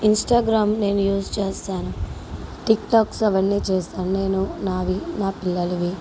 Instagram నేను use చేస్తాను TikToks అవన్నీ చేసాను నేను నావి నా పిల్లలవి